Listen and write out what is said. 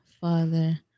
Father